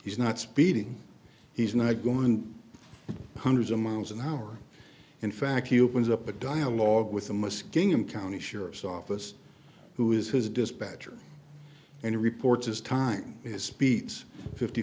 he's not speeding he's not going to hundreds of miles an hour in fact he opens up a dialogue with the muskingum county sheriff's office who is his dispatcher and reports his time his speeds fifty